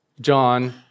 John